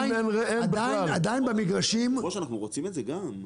כבור היו"ר, אנחנו רוצים את זה גם.